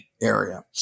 area